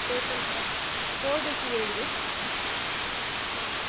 total four ಡೇಸಿಗೆ ಹೇಳಿ ಆಯಿತಾ ಹಾಂ